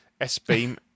S-Beam